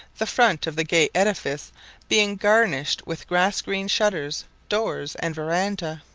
the front of the gay edifice being garnished with grass green shutters, doors, and verandah.